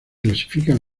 clasifican